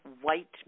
white